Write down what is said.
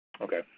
Okay